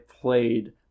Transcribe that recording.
played